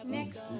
Next